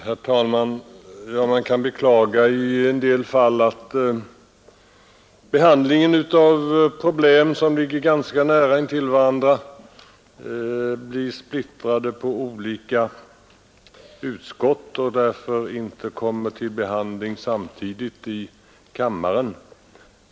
Herr talman! Man kan beklaga att behandlingen av problem som ligger nära intill varandra blir splittrad på olika utskott och att ärendena därför inte kommer upp till avgörande samtidigt i kammaren.